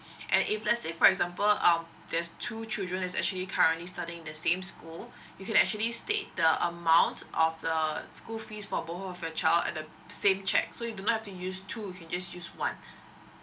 and if lets say for example um there's two children is actually currently studying in the same school you can actually state the amount of the school fees for both of your child at the same cheque so you do not have to use two you can just use one